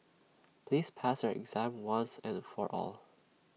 please pass your exam once and for all